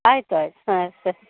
ಆಯಿತು ಆಯ್ತು ಹಾಂ ಸರಿ